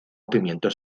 pimientos